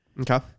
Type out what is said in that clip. Okay